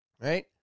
right